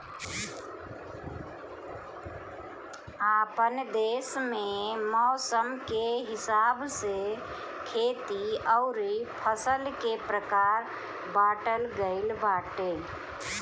आपन देस में मौसम के हिसाब से खेती अउरी फसल के प्रकार बाँटल गइल बाटे